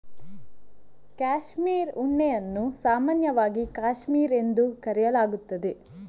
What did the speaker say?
cashmere ಉಣ್ಣೆಯನ್ನು ಸಾಮಾನ್ಯವಾಗಿ cashmere ಎಂದು ಕರೆಯಲಾಗುತ್ತದೆ